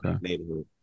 neighborhood